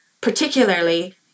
particularly